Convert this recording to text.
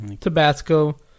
Tabasco